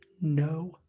No